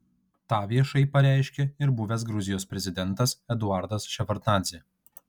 tą viešai pareiškė ir buvęs gruzijos prezidentas eduardas ševardnadzė